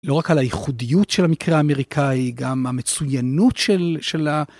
לא רק על הייחודיות של המקרה האמריקאי, גם המצוינות שלה